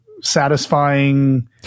satisfying